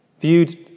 viewed